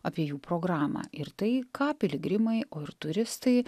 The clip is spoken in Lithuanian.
apie jų programą ir tai ką piligrimai o ir turistai